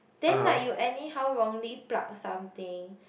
then like you anyhow wrongly plug something